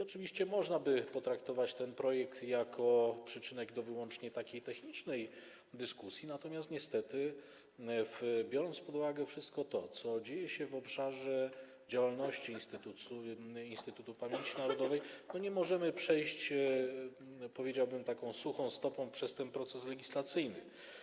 Oczywiście można by potraktować ten projekt jako przyczynek do wyłącznie technicznej dyskusji, natomiast niestety, biorąc pod uwagę wszystko to, co dzieje się w obszarze działalności Instytutu Pamięci Narodowej, nie możemy przejść, powiedziałbym, taką suchą stopą przez ten proces legislacyjny.